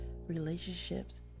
Relationships